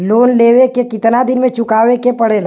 Loan लेवे के कितना दिन मे चुकावे के पड़ेला?